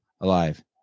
alive